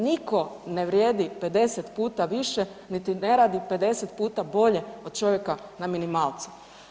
Niko ne vrijedi 50 puta više niti ne radi 50 puta bolje od čovjeka na minimalcu.